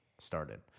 started